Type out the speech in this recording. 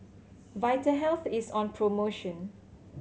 vitahealth is on promotion